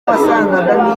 wasangaga